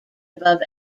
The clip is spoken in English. above